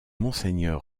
monseigneur